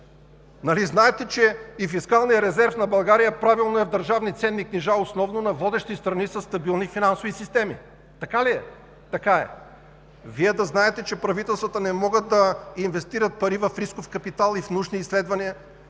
Нали знаете, че и фискалният резерв на България правилно е в държавни ценни книжа, основно на водещи страни със стабилни финансови системи? Така ли е? Така е. Вие да знаете, че правителствата не могат да инвестират пари в рисков капитал и в научни изследвания?